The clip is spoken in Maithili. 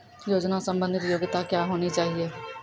योजना संबंधित योग्यता क्या होनी चाहिए?